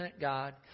God